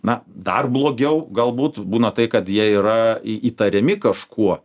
na dar blogiau galbūt būna tai kad jie yra į įtariami kažkuo